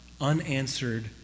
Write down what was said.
unanswered